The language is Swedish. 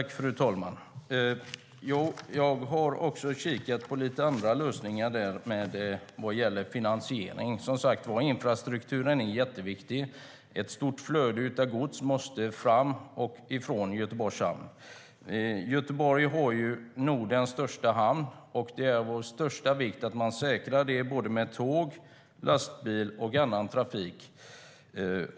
Fru talman! Jag har kikat på lite andra lösningar när det gäller finansiering. Infrastrukturen är, som sagt var, jätteviktig. Ett stort flöde av gods måste till och från Göteborgs hamn. Göteborg har Nordens största hamn, och det är av största vikt att detta säkras med tåg, lastbil och annan trafik.